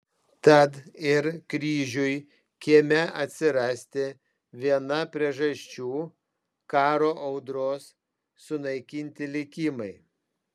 tad ir kryžiui kieme atsirasti viena priežasčių karo audros sunaikinti likimai